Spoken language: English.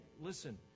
listen